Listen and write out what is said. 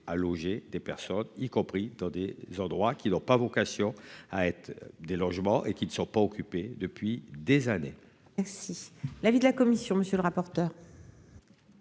à loger des personnes y compris dans des endroits qui n'ont pas vocation à être des logements et qui ne sont pas occupés depuis des années. Merci. L'avis de la commission. Monsieur le rapporteur.